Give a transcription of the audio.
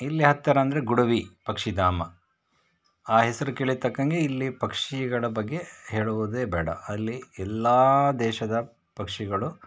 ಇಲ್ಲಿ ಹತ್ತಿರ ಅಂದರೆ ಗುಡವಿ ಪಕ್ಷಿಧಾಮ ಆ ಹೆಸರು ಕೇಳಿದ ತಕ್ಕಂಗೆ ಇಲ್ಲಿ ಪಕ್ಷಿಗಳ ಬಗ್ಗೆ ಹೇಳುವುದೇ ಬೇಡ ಅಲ್ಲಿ ಎಲ್ಲ ದೇಶದ ಪಕ್ಷಿಗಳು